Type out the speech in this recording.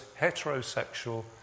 heterosexual